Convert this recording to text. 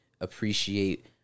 appreciate